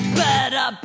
better